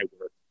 work